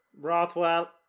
Rothwell